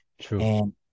true